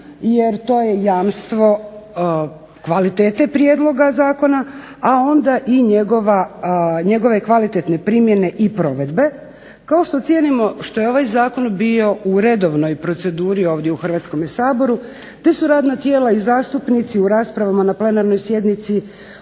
jer to je jamstvo kvalitete prijedloga zakona, a onda i njegove kvalitetne primjene i provedbe, kao što cijenimo što je ovaj zakon bio u redovnoj proceduri ovdje u Hrvatskome saboru te su radna tijela i zastupnici u raspravama na plenarnoj sjednici